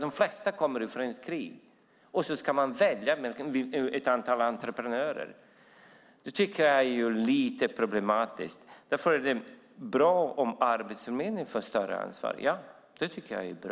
De flesta flyr från krig och ska då välja mellan ett antal entreprenörer. Det tycker jag är lite problematiskt. Därför är det bra om Arbetsförmedlingen får större ansvar.